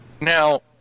Now